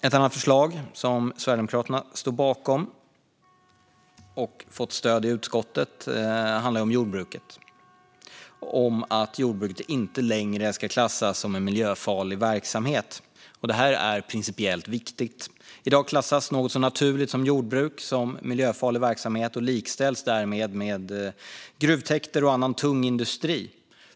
Ett annat förslag som Sverigedemokraterna står bakom och har fått stöd för i utskottet handlar om jordbruket, nämligen att jordbruket inte längre ska klassas som miljöfarlig verksamhet. Detta är principiellt viktigt. I dag klassas något så naturligt som jordbruk som miljöfarlig verksamhet och likställs därmed med gruvtäkter och annan tung industri.